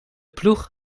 ploeg